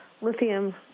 lithium